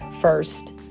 first